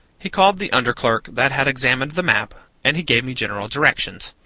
he called the under clerk that had examined the map, and he gave me general directions.